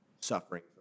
suffering